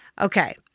Okay